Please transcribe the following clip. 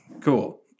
Cool